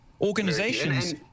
organizations